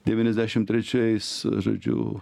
devyniasdešim trečiais žodžiu